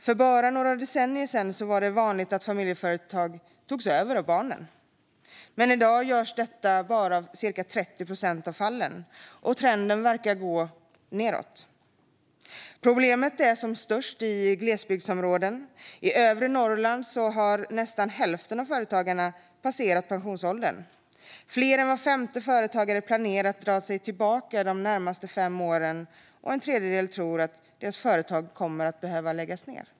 För bara några decennier sedan var det vanliga att familjeföretag togs över av barnen, men i dag görs detta bara i cirka 30 procent av fallen och trenden verkar gå nedåt. Problemet är som störst i glesbygdsområden. I övre Norrland har nästan hälften av företagarna passerat pensionsåldern. Fler än var femte företagare planerar att dra sig tillbaka de närmaste fem åren, och en tredjedel tror att deras företag kommer att behöva läggas ned.